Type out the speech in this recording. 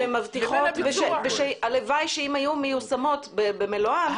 שמבטיחות והלוואי שלו היו מיושמות במלואן התמונה הייתה אחרת.